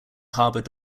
harbour